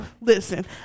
listen